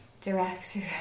director